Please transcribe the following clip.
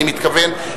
אני מתכוון,